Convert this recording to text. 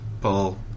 Paul